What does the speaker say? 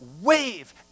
wave